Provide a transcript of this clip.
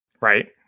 Right